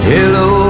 Hello